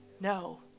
No